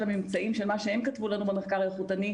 הממצאים של מה שהם כתבו לנו במחקר האיכותני,